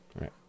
right